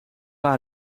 haar